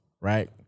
Right